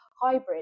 hybrid